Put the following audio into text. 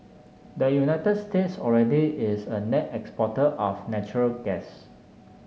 the United States already is a net exporter of natural gas